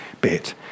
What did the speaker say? bit